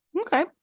Okay